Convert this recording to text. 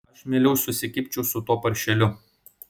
aš mieliau susikibčiau su tuo paršeliu